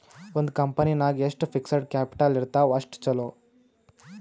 ಒಂದ್ ಕಂಪನಿ ನಾಗ್ ಎಷ್ಟ್ ಫಿಕ್ಸಡ್ ಕ್ಯಾಪಿಟಲ್ ಇರ್ತಾವ್ ಅಷ್ಟ ಛಲೋ